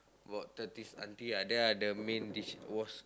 about thirties auntie ah they are the main dishwash~